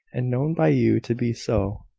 and known by you to be so.